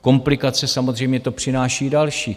Komplikace to samozřejmě přináší další.